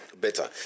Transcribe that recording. better